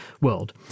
world